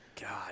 God